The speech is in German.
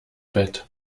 bett